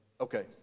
Okay